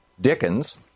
Dickens